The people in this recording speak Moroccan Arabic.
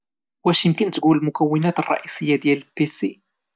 واش ممكن تقولينا المكونات الرئيسية ديال بيسي؟